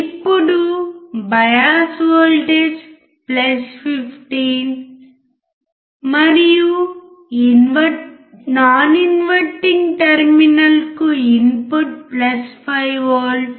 ఇప్పుడు bias voltage 15 మరియు non inverting టెర్మినల్కు ఇన్పుట్ 5V